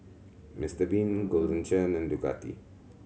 Mister Bean Golden Churn and Ducati